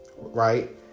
right